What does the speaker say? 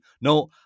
No